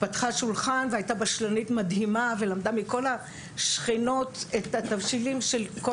פתחה שולחן והייתה בשלנית מדהימה ולמדה מכל השכנות את התבשילים של כל